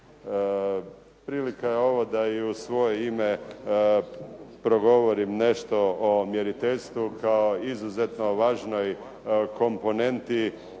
Prilika je ovo da i u svoje ime progovorim nešto o mjeriteljstvu kao izuzetno važnoj komponenti